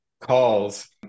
calls